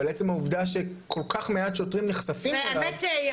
אבל עצם העובדה שכל כך מעט שוטרים נחשפים אליו --- יחסית,